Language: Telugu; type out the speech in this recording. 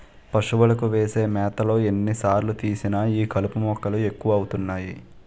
పశువులకు వేసే మేతలో ఎన్ని సార్లు తీసినా ఈ కలుపు మొక్కలు ఎక్కువ అవుతున్నాయి